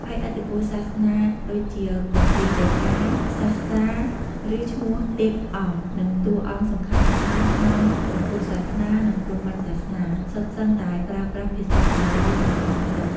ហើយឥទ្ធិពលសាសនាដូចជា គម្ពីរដីកា សាស្ត្រា ឬឈ្មោះទេពអង្គ និងតួអង្គសំខាន់ៗក្នុងព្រះពុទ្ធសាសនា និងព្រហ្មញ្ញសាសនា សុទ្ធសឹងតែប្រើប្រាស់ភាសាបាលី និងសំស្រ្កឹត។